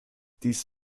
dies